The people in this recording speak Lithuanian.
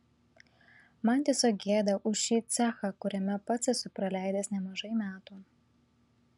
man tiesiog gėda už šį cechą kuriame pats esu praleidęs nemažai metų